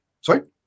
Sorry